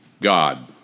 God